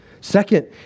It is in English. Second